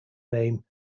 name